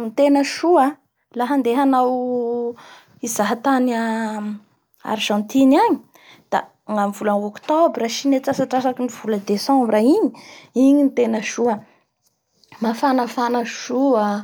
Ny tena soa a! laha handeha hanao hizaha tany a Arzantine agnynga amin'ny vola Octobra sy amin'ny atsasatsasakin'ny vola Desambra iny igny ny tena soa mafanafana soa a!